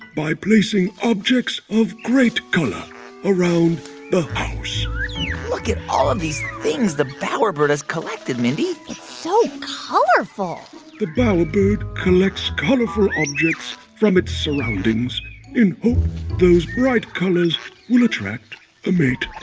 by placing objects of great color around the house look at all of these things the bowerbird has collected, mindy it's so colorful the bowerbird collects colorful objects from its surroundings in hope those bright colors will attract a mate